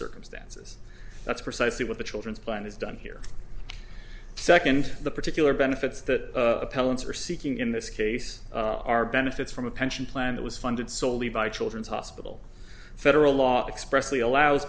circumstances that's precisely what the children's plan is done here second the particular benefits that appellant's are seeking in this case are benefits from a pension plan that was funded solely by children's hospital federal law expressly allows